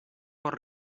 pot